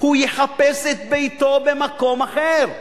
הוא יחפש את ביתו במקום אחר.